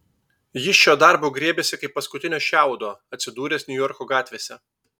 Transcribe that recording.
jis šio darbo griebėsi kaip paskutinio šiaudo atsidūręs niujorko gatvėse